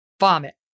vomit